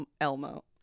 Elmo